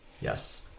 Yes